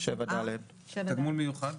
תגמול מיוחד?